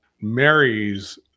marries